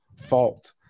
fault